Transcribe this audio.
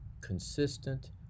consistent